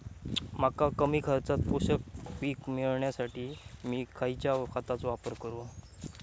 मका कमी खर्चात पोषक पीक मिळण्यासाठी मी खैयच्या खतांचो वापर करू?